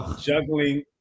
Juggling